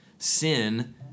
Sin